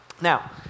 Now